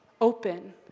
open